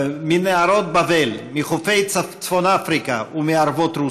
מנהרות בבל, מחופי צפון אפריקה ומערבות רוסיה,